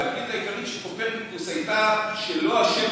התגלית העיקרית של קופרניקוס הייתה שלא השמש